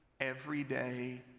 everyday